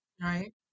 right